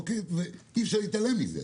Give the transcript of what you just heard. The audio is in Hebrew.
אי אפשר להתעלם מזה.